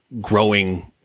growing